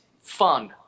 fun